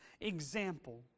example